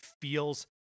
feels